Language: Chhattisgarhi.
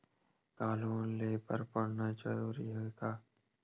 का लोन ले बर पढ़ना जरूरी हे का?